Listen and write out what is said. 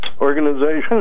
organization